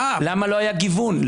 למה לא היה גיוון,